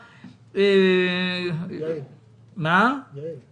אני פותח את הדיון בנושא הבא: מצבו הקשה של ענף התיירות,